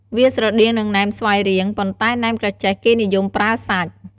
វាស្រដៀងនឹងណែមស្វាយរៀង ប៉ុន្តែណែមក្រចេះគេនិយមប្រើសាច់។